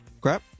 Crap